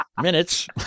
Minutes